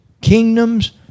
kingdoms